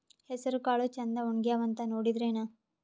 ಹೆಸರಕಾಳು ಛಂದ ಒಣಗ್ಯಾವಂತ ನೋಡಿದ್ರೆನ?